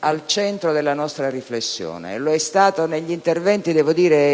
al centro della nostra riflessione, negli interventi